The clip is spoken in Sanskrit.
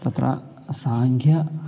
तत्र साङ्ख्यं